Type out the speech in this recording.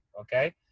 Okay